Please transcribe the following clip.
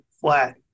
flat